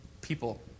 people